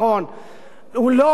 הוא לא אותו ראש ממשלה.